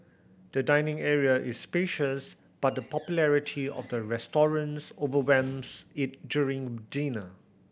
the dining area is spacious but the popularity of the overwhelms it during dinner